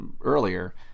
earlier